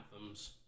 anthems